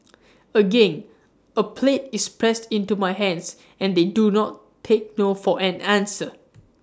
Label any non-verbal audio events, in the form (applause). (noise) again A plate is pressed into my hands and they do not take no for an answer (noise)